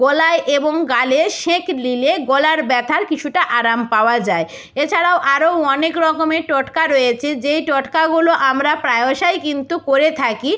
গলায় এবং গালে সেঁক লিলে গলার ব্যথার কিছুটা আরাম পাওয়া যায় এছাড়াও আরও অনেক রকমের টোটকা রয়েছে যেই টোটকাগুলো আমরা প্রায়শাই কিন্তু করে থাকি